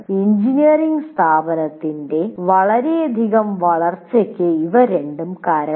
engineering സ്ഥാപനത്തിന്റെ വളരെയധികം വളർച്ചയ്ക്ക് ഇവ രണ്ടും കാരണമായി